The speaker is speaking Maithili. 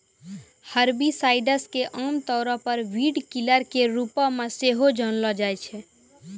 हर्बिसाइड्स के आमतौरो पे वीडकिलर के रुपो मे सेहो जानलो जाय छै